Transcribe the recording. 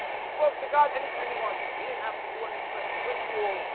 you spoke to god anytime he wanted he didn't have to do any special ritual.